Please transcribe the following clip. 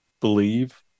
believe